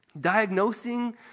Diagnosing